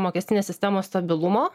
mokestinės sistemos stabilumo